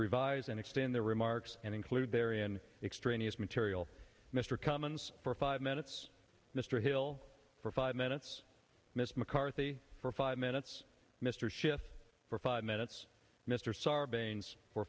revise and extend their remarks and include their in extraneous material mr cummins for five minutes mr hill for five minutes miss mccarthy for five minutes mr shift for five minutes mr sarbanes for